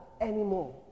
anymore